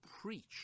preach